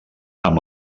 amb